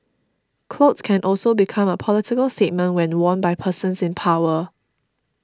clothes can also become a political statement when worn by persons in power